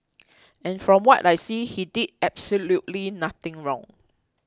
and from what I see he did absolutely nothing wrong